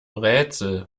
rätsel